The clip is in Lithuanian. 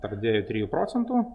apie dviejų trijų procentų